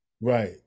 Right